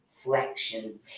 flexion